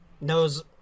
knows